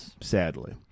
sadly